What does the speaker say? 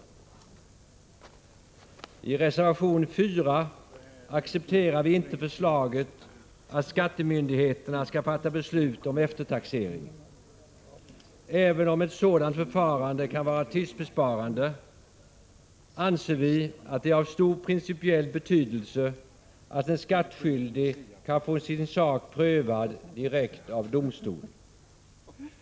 Av reservation 4 framgår att vi reservanter inte accepterar förslaget om att skattemyndigheterna skall fatta beslut om eftertaxering. Även om ett sådant förfarande kan vara tidsbesparande, anser vi att det är av stor principiell betydelse att skattskyldig kan få sin sak prövad direkt av domstol.